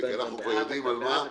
כי אנחנו יודעים על מה,